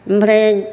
ओमफ्राय